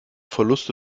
verluste